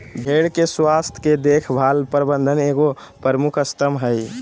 भेड़ के स्वास्थ के देख भाल प्रबंधन के एगो प्रमुख स्तम्भ हइ